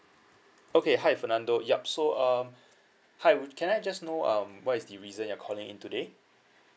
okay hi fernando yup so um hi would can I just know um what is the reason you're calling in today